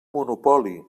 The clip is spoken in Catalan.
monopoli